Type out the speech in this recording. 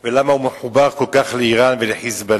ולמה הוא מחובר כל כך לאירן ול"חיזבאללה".